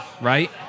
right